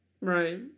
Right